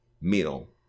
meal